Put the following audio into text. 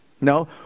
No